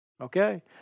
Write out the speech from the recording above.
Okay